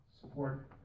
support